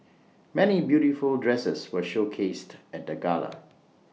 many beautiful dresses were showcased at the gala